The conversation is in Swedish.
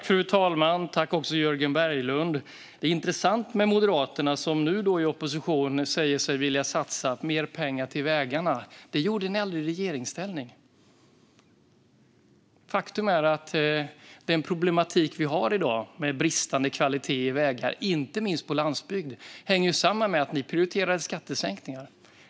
Fru talman! Tack, Jörgen Berglund! Det är intressant med Moderaterna, som nu, i opposition, säger sig vilja satsa mer pengar på vägarna. Det gjorde ni aldrig i regeringsställning. Faktum är att den problematik som vi har i dag, med bristande kvalitet på vägarna, inte minst på landsbygden, hänger samman med att ni prioriterade skattesänkningar.